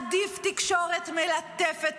עדיף תקשורת מלטפת,